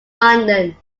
london